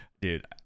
dude